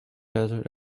desert